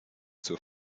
zur